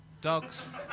Dogs